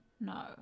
No